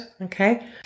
okay